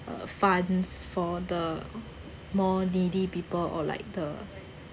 uh funds for the more needy people or like the